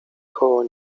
koło